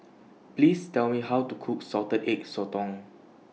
Please Tell Me How to Cook Salted Egg Sotong